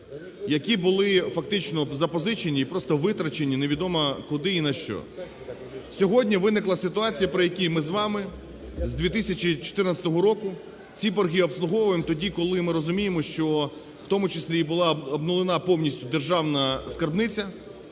які були фактично запозичені і просто витрачені невідомо куди і на що. Сьогодні виникла ситуація, при якій ми з вами з 2014 року ці борги обслуговуємо, тоді, коли ми розуміємо, що в тому числі і булаобнулена повністю державна скарбниця